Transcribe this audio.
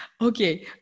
Okay